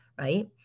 right